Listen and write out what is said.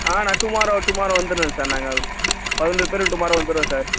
ஆ நான் tomorrow tomorrow வந்துடுறேன் sir நாங்க பதி பேரும் டுமாரோ வந்துறோம் சார்